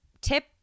tip